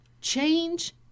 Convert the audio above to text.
change